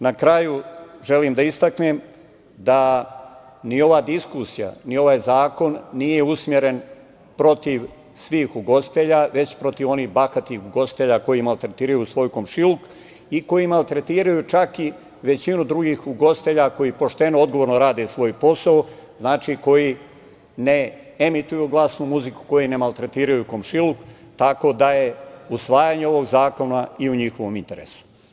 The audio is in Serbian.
Na kraju, želim da istaknem da ni ova diskusija, ni ovaj zakon, nije usmeren protiv svih ugostitelja, već protiv onih bahatih ugostitelja koji maltretiraju svoj komšiluk i koji maltretiraju većinu drugih ugostitelja koji pošteno odgovorno rade svoj posao, koji ne emituju glasnu muziku, i ne maltretiraju komšiluk, tako da je usvajanje ovog zakona i u njihovom interesu.